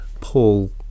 Paul